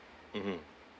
mmhmm